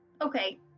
Okay